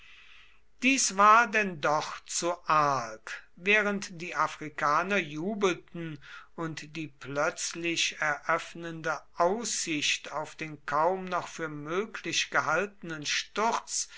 dies war denn doch zu arg während die afrikaner jubelten und die plötzlich eröffnende aussicht auf den kaum noch für möglich gehaltenen sturz